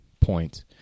point